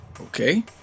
Okay